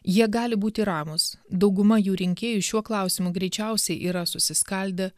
jie gali būti ramūs dauguma jų rinkėjų šiuo klausimu greičiausiai yra susiskaldę